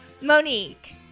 Monique